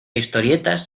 historietas